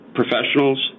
professionals